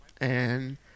And-